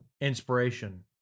inspiration